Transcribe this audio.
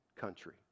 country